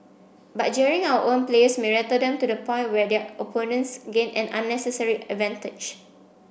but jeering our own players may rattle them to the point where their opponents gain an unnecessary advantage